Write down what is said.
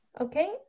Okay